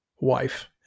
wife